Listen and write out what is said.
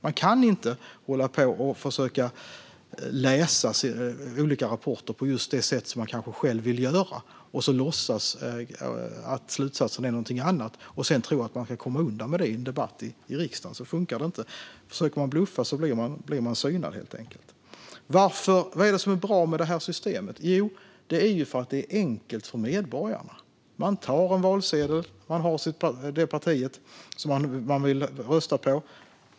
Man kan inte försöka att läsa olika rapporter på just det sätt som man kanske själv vill göra och låtsas att slutsatserna är någonting annat och tro att man ska komma undan med det i en debatt i riksdagen. Så funkar det inte - försöker man att bluffa blir man synad. Vad är det då som är bra med detta system? Det är enkelt för medborgarna. Man tar en valsedel för det parti man vill rösta på.